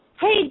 Hey